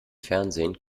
fernsehen